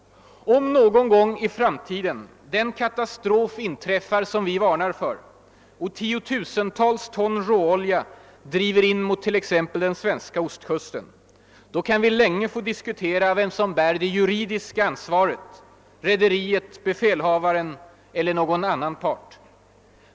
Om någon gång i framtiden den katastrof inträffar som vi varnar för och tiotusentals ton råolja driver in mot t.ex. den svenska ostkusten, så kan vi länge få diskutera vem som bär det juridiska ansvaret: rederiet, befälhavaren eller någon annan part.